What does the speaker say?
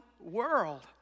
world